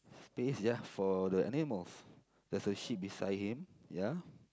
space ya for the animals there's a sheep beside him ya